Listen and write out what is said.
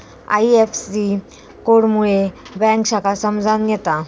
IFSC code मुळे bank शाखा समजान येता